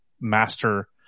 master